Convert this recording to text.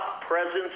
presence